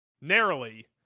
Narrowly